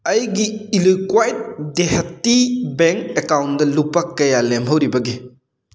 ꯑꯩꯒꯤ ꯏꯂꯤꯀ꯭ꯋꯥꯏ ꯗꯦꯍꯇꯤ ꯕꯦꯡ ꯑꯦꯀꯥꯎꯟꯗ ꯂꯨꯄꯥ ꯀꯌꯥ ꯂꯦꯝꯍꯧꯔꯤꯕꯒꯦ